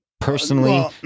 personally